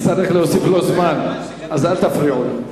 חבר'ה, אני אצטרך להוסיף לו זמן, אל תפריעו לו.